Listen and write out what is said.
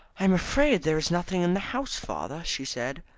i'm afraid there is nothing in the house, father, she said.